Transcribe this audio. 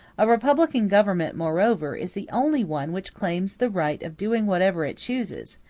a republican government, moreover, is the only one which claims the right of doing whatever it chooses,